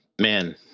man